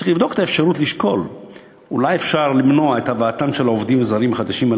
צריך לשקול את האפשרות אולי למנוע הבאה של עובדים זרים חדשים,